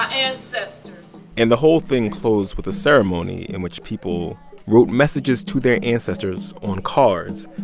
ancestors and the whole thing closed with a ceremony in which people wrote messages to their ancestors on cards,